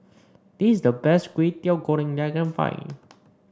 this is the best Kwetiau Goreng that I can find